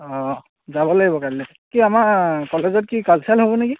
অঁ যাব লাগিব কাইলৈ কি আমাৰ কলেজত কি কালচাৰেল হ'ব নেকি